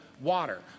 water